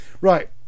Right